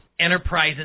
enterprise